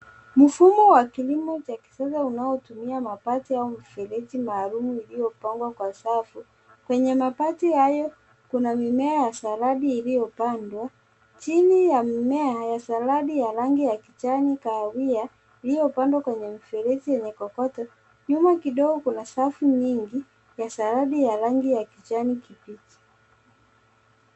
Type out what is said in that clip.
Mfumo wa kilimo cha kisasa unaotumia mabati au mifereji maalumu iliyopangwa kwa safu. Kwenye mabati hayo kuna mimea ya saladi iliyopandwa. Chini ya mimea ya saladi ya rangi ya kijani kahawia, iliyopandwa kwenye mfereji yenye kokoto, nyuma kidogo kuna safu nyingi ya sarabi ya rangi ya kijani kibichi.